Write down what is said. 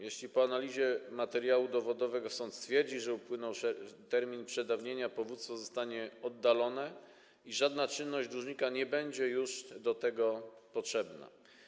Jeśli po analizie materiału dowodowego sąd stwierdzi, że upłynął termin przedawnienia, powództwo zostanie oddalone i żadna czynność dłużnika nie będzie już do tego potrzebna.